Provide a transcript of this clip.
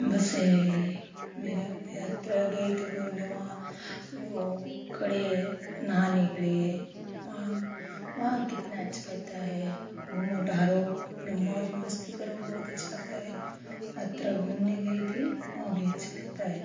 बस य यही मेरा यात्रा गई थी घूमने वहाँ वह कड़े नहाने के लिए वहाँ भिी वहाँ कितना अच्छा लगता है घूमो टहलो अपना मौज मस्ती करो बहुत अच्छा लगता है आत्रा घूमने गई थी वहाँ भी अच्छा लगता है